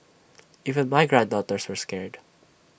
even my granddaughters were scared